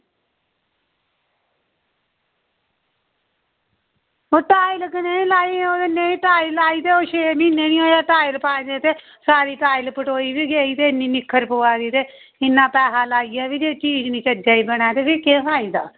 ओह् टाईल लाई ते ओह् नेही टाईल लाई ते ओह् छे म्हीने गै निं होए टाईल पाए दे ते सारी टाईल पटोई बी गेई ते इन्नी निक्खर पवा दी ते इन्ना पैसा लाइयै बी चीज़ चज्जा दी निं बने ते केह् फायदा